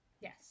Yes